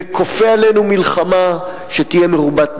וכופה עלינו מלחמה שתהיה מרובת נפגעים.